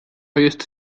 jest